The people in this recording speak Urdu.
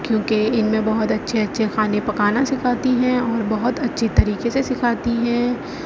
کیوں کہ ان میں بہت اچھے اچھے کھانے پکانا سکھاتی ہیں اور بہت اچھی طریقے سے سکھاتی ہیں